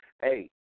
Hey